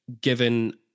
Given